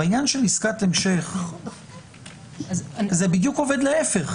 בעניין של עסקת המשך, זה בדיוק עובד להיפך.